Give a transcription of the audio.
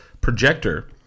projector